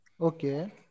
Okay